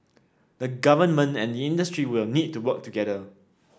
the Government and the industry will need to work together